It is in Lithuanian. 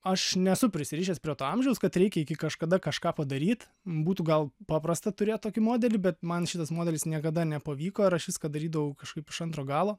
aš nesu prisirišęs prie to amžiaus kad reikia iki kažkada kažką padaryt būtų gal paprasta turėt tokį modelį bet man šitas modelis niekada nepavyko ir aš viską darydavau kažkaip iš antro galo